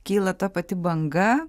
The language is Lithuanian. kyla ta pati banga